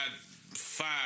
five